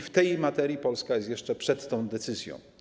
W tej materii Polska jest jeszcze przed tą decyzją.